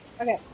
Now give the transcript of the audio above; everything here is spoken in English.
Okay